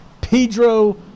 Pedro